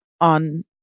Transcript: on